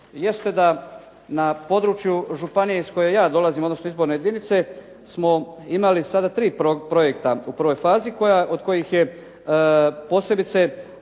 jeste da na području županije iz koje ja dolazim, odnosno izborne jedinice smo imali sada tri projekta u prvoj fazi od kojih je posebice